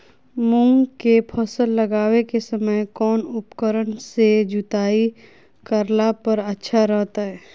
मूंग के फसल लगावे के समय कौन उपकरण से जुताई करला पर अच्छा रहतय?